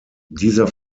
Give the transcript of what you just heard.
dieser